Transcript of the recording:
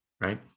Right